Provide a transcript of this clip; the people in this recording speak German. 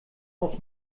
aus